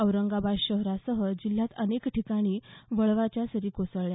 औरंगाबाद शहरासह जिल्ह्यात अनेक ठिकाणी वळवाच्या सरी कोसळल्या